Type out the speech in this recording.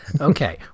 okay